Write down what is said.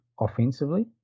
offensively